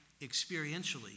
experientially